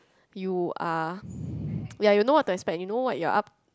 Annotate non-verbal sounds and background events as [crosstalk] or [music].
you are [breath] ya you know what to expect you know what you are up